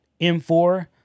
M4